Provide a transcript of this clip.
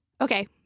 Okay